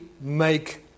make